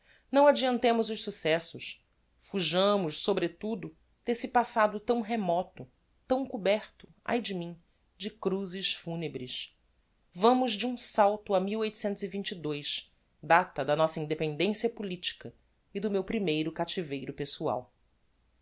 não adeantemos os successos fujamos sobretudo desse passado tão remoto tão coberto ai de mim de cruzes funebres vamos do um salto a data da nossa independencia politica e do meu primeiro captiveiro pessoal